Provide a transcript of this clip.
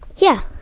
yeah.